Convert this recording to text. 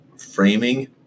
framing